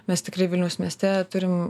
mes tikrai vilniaus mieste turim